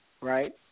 right